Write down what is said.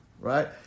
right